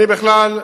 אני בכלל,